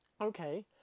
okay